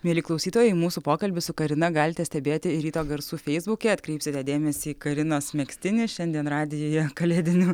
mieli klausytojai mūsų pokalbį su karina galite stebėti ir ryto garsų feisbuke atkreipsite dėmesį į karinos megztinį šiandien radijuje kalėdinių